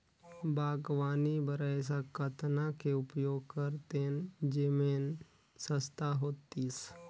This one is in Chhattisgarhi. बागवानी बर ऐसा कतना के उपयोग करतेन जेमन सस्ता होतीस?